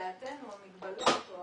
לדעתנו, אחת המגבלות או